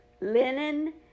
Linen